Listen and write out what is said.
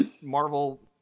Marvel